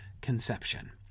conception